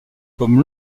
comme